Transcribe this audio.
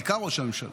בעיקר ראש הממשלה,